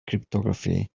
cryptography